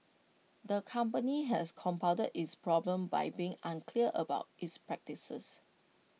the company has compounded its problems by being unclear about its practices